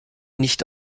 nicht